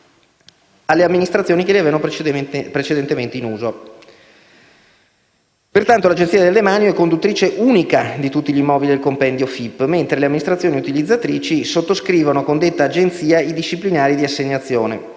alle amministrazioni che li avevano precedentemente in uso. Pertanto l'Agenzia del demanio è conduttrice unica di tutti gli immobili del compendio FIP, mentre le amministrazioni utilizzatrici sottoscrivono con detta Agenzia i disciplinari di assegnazione,